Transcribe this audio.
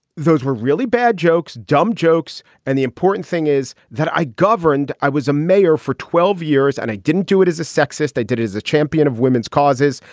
those were really bad jokes. dumb jokes. and the important thing is that i governed. i was a mayor for twelve years and i didn't do it as a sexist. i did as a champion of women's causes.